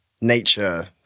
nature